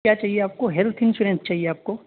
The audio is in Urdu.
کیا چاہیے آپ کو ہیلتھ انشورینس چاہیے آپ کو